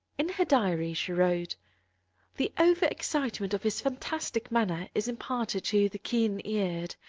in her diary she wrote the over excitement of his fantastic manner is imparted to the keen eared.